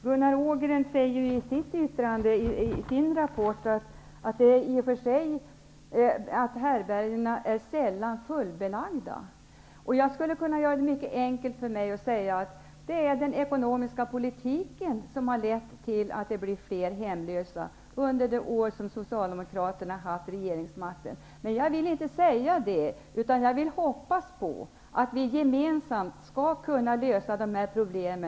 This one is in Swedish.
Gunnar Ågren säger i och för sig i sin rapport att härbärgena sällan är fullbelagda. Jag skulle kunna göra det mycket enkelt för mig genom att säga att det är den ekonomiska politiken under de år som Socialdemokraterna hade regeringsmakten som har lett till att det har blivit fler hemlösa. Men jag vill inte säga det, utan jag hoppas på att vi gemensamt skall kunna lösa dessa problem.